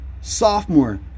sophomore